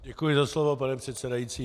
Děkuji za slovo, pane předsedající.